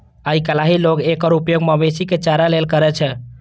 आइकाल्हि लोग एकर उपयोग मवेशी के चारा लेल करै छै